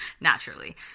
naturally